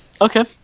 Okay